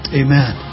amen